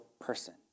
person